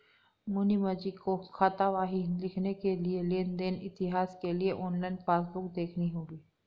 मुनीमजी को खातावाही लिखने के लिए लेन देन इतिहास के लिए ऑनलाइन पासबुक देखनी होगी